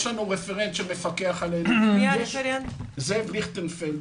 יש לנו רפרנט שמפקח עלינו שמו זאב ליכטנפלד.